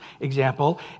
example